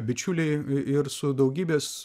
bičiuliai ir su daugybės